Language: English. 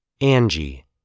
Angie